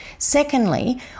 Secondly